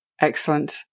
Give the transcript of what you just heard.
Excellent